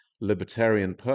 libertarian